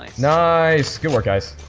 nice work guys,